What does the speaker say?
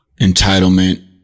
entitlement